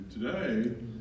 today